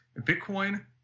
Bitcoin